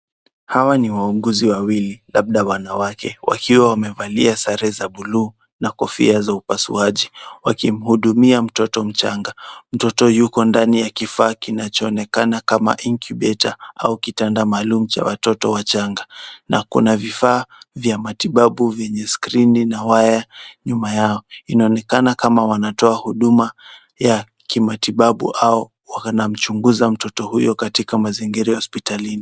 Hawa ni wauguzi wawili labda wanawake wakiwa wamevalia sare za blue na kofia za upasuaji wakimhudumia mtoto mchanga. Mtoto yuko ndani ya kifaa kinachoonekana kama incubator au kitanda maalum cha watoto wachanga na kuna vifaa vya matibabu vyenye skrini na waya nyuma yao. Inaonekana kama wanatoa huduma ya kimatibabu au wanamchunguza mtoto huyo katika mazingira ya hospitalini.